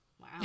Wow